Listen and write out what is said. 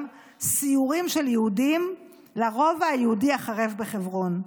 סיורים של יהודים לרובע היהודי החרב בחברון.